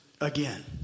again